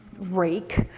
rake